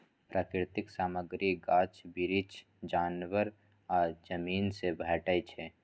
प्राकृतिक सामग्री गाछ बिरीछ, जानबर आ जमीन सँ भेटै छै